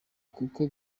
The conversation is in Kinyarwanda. kuko